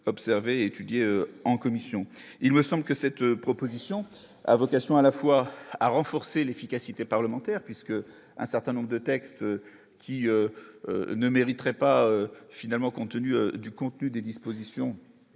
observé et étudié en commission, il me semble que cette proposition a vocation à la fois à renforcer l'efficacité parlementaire puisque un certain nombre de textes qui ne mériterait pas finalement, compte tenu du contenu des dispositions